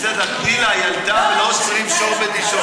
בסדר, תני לה, היא עלתה, לא עוצרים שור בדישו.